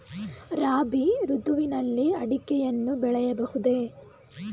ರಾಬಿ ಋತುವಿನಲ್ಲಿ ಅಡಿಕೆಯನ್ನು ಬೆಳೆಯಬಹುದೇ?